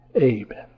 Amen